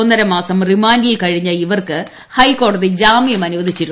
ഒന്നരമാസം റിമാൻഡിൽ കഴിഞ്ഞ ഇവർക്ക് ഹൈക്കോടതി ജാമ്യം അനുവ ദിച്ചിരുന്നു